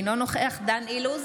אינו נוכח דן אילוז,